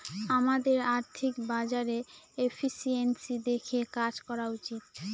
আমাদের আর্থিক বাজারে এফিসিয়েন্সি দেখে কাজ করা উচিত